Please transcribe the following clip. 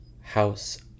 house